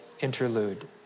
interlude